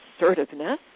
assertiveness